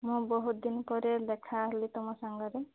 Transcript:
ମୁଁ ବହୁତ ଦିନ ପରେ ଦେଖାହେଲି ତୁମ ସାଙ୍ଗରେ